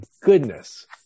goodness